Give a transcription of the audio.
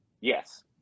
Yes